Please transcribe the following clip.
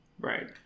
Right